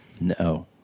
No